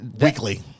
weekly